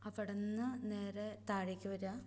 അവിടുന്ന് നേരെ താഴേക്ക് വരിക